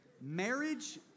Marriage